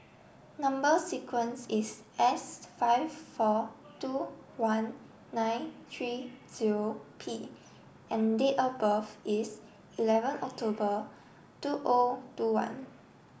number sequence is S five four two one nine three zero P and date of birth is eleven October two O two one